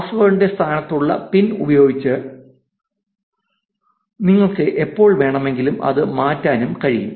പാസ്വേഡിന്റെ സ്ഥാനത്തുള്ള പിൻ ഉപയോഗിച്ച് നിങ്ങൾക്ക് എപ്പോൾ വേണമെങ്കിലും അത് മാറ്റാനും കഴിയും